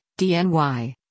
DNY